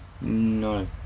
No